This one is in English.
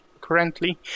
currently